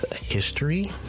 history